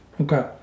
Okay